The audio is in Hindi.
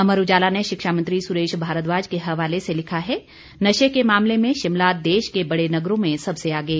अमर उजाला ने शिक्षा मंत्री सुरेश भारद्वाज के हवाले से लिखा है नशे के मामले में शिमला देश के बड़े नगरों में सबसे आगे